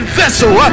vessel